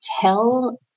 tell